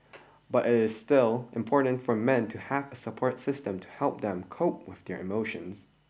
but it is still important for men to have a support system to help them cope with their emotions